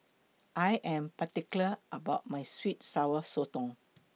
I Am particular about My Sweet and Sour Sotong